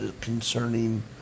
concerning